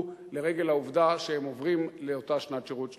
לרגל העובדה שהם עוברים לאותה שנת שירות שלישית.